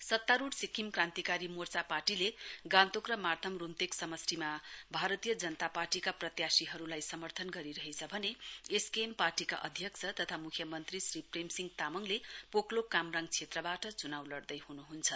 सत्तारुढ़ सिक्किम क्रान्तिकारी मोर्चा पार्टीले गान्तोक र मार्तम रुम्तेक समष्टिमा भारतीय जनता पार्टीका प्रत्याशीहरुलाई समर्थन गरिरहेछ भने एसकेएम पार्टका अध्यक्ष तथा मुख्यमन्त्री श्री प्रेम सिंह तामङले पोकलोक कामराङ क्षेत्रवाट चुनाउ लड़दैहनु हुन्छ